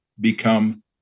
become